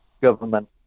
government